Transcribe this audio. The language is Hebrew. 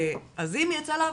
האימא יצאה לעבודה,